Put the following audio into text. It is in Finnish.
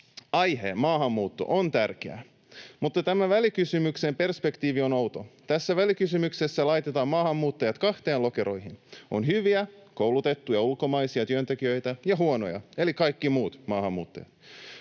Aihe, maahanmuutto, on tärkeä, mutta tämän välikysymyksen perspektiivi on outo. Välikysymyksessä laitetaan maahanmuuttajat kahteen lokeroon: on hyviä, koulutettuja ulkomaisia työntekijöitä ja huonoja, eli kaikki muut maahanmuuttajat.